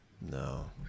No